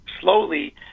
slowly